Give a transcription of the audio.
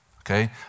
Okay